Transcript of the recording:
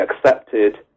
accepted